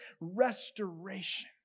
restoration